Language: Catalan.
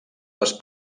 les